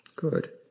Good